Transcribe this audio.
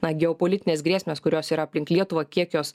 na geopolitines grėsmes kurios yra aplink lietuvą kiek jos